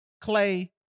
Clay